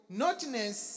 naughtiness